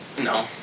No